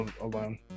alone